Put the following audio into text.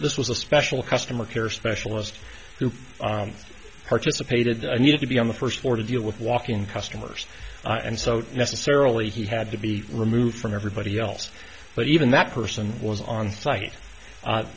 this was a special customer care specialist who participated i needed to be on the first floor to deal with walking customers and so necessarily he had to be removed from everybody else but even that person was on site